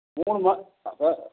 மூணு மா அதான்